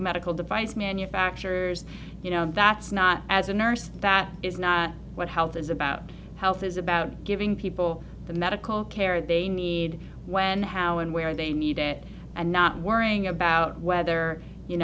medical device manufacturers you know that's not as a nurse that is not what health is about health is about giving people the medical care they need when how and where they need it and not worrying about whether you